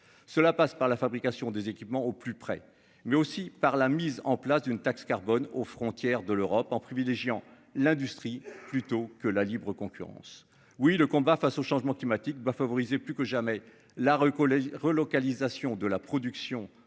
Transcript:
Cela passe par la fabrication des équipements au plus près mais aussi par la mise en place d'une taxe carbone aux frontières de l'Europe en privilégiant l'industrie plutôt que la libre concurrence. Oui le combat face au changement climatique bah favoriser plus que jamais la recoller relocalisation de la production dans ces